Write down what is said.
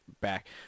back